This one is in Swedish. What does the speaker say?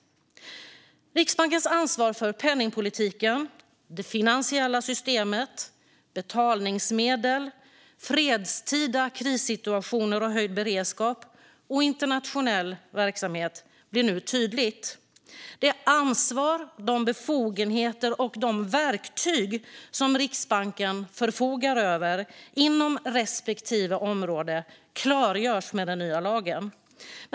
Riksbankens ansvar för penningpolitiken, det finansiella systemet, betalningsmedel, fredstida krissituationer och höjd beredskap samt internationell verksamhet blir nu tydligt. Det ansvar, de befogenheter och de verktyg som Riksbanken förfogar över inom respektive område klargörs med den nya lagen.